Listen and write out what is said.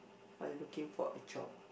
are you looking for a job